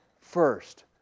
First